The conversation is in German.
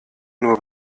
nur